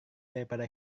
daripada